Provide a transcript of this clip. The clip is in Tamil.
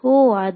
மாணவர்ஓ அது